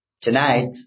tonight